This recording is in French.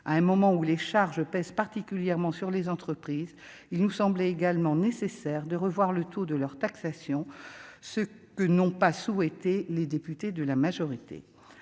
à un moment où les charges pèsent particulièrement sur les entreprises, il nous semble également nécessaire de revoir le taux de leur taxation, ce que n'ont pas souhaité les députés de la majorité,